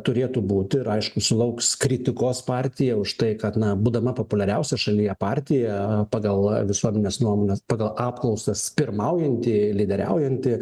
turėtų būti ir aišku sulauks kritikos partija už tai kad na būdama populiariausia šalyje partija pagal visuomenės nuomonės pagal apklausas pirmaujanti lyderiaujanti